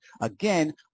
again